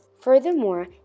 Furthermore